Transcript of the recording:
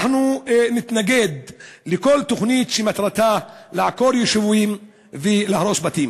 אנחנו נתנגד לכל תוכנית שמטרתה לעקור יישובים ולהרוס בתים.